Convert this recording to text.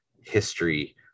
history